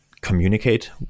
communicate